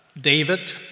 David